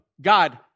God